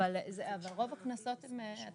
אנחנו